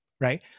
right